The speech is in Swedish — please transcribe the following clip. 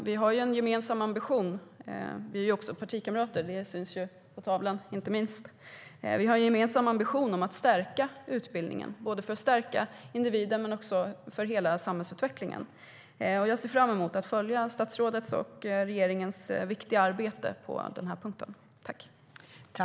Vi har ju en gemensam ambition - vi är också partikamrater - att stärka utbildningen, för att stärka både individen och hela samhällsutvecklingen. Jag ser fram emot att följa statsrådets och regeringens viktiga arbete på den punkten.